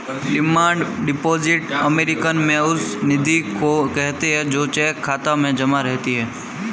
demand deposit American में उस निधि को कहते हैं जो चेक खाता में जमा रहती है